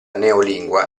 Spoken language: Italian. neolingua